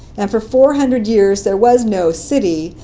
and for four hundred years there was no city,